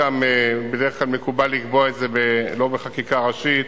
בדרך כלל מקובל לקבוע את זה לא בחקיקה ראשית